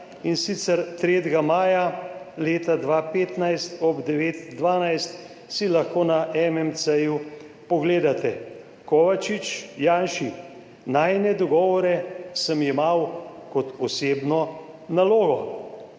in sicer 3. maja leta 2015 ob 9.12 si lahko na MMC pogledate, Kovačič Janši: »Najine dogovore sem jemal kot osebno nalogo.«